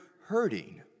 hurting